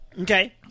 Okay